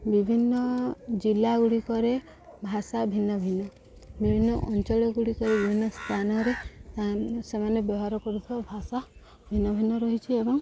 ବିଭିନ୍ନ ଜିଲ୍ଲା ଗୁଡ଼ିକରେ ଭାଷା ଭିନ୍ନ ଭିନ୍ନ ବିଭିନ୍ନ ଅଞ୍ଚଳ ଗୁଡ଼ିକରେ ବିଭିନ୍ନ ସ୍ଥାନରେ ସେମାନେ ବ୍ୟବହାର କରୁଥିବା ଭାଷା ଭିନ୍ନ ଭିନ୍ନ ରହିଛି ଏବଂ